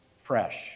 fresh